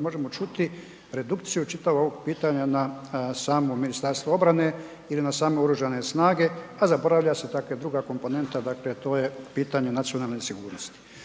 možemo čuti redukciju čitavog ovog pitanja na samo Ministarstvo obrane ili na same oružane snage, a zaboravlja se, dakle druga komponenta, dakle to je pitanje nacionalne sigurnosti.